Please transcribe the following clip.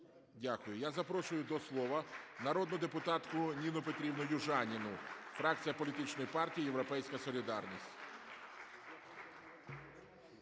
Дякую. Я запрошую до слова народну депутатку Ніну Петрівну Южаніну, фракція Політичної партії "Європейська солідарність".